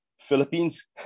philippines